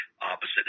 opposite